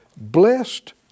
blessed